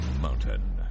mountain